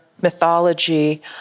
mythology